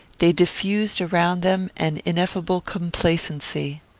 they diffused around them an ineffable complacency.